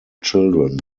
children